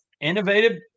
innovative